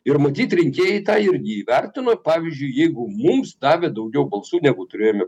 ir matyt rinkėjai tą irgi įvertino pavyzdžiui jeigu mums davė daugiau balsų negu turėjome